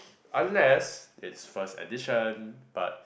unless it's first edition but